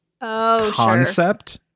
concept